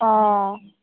অ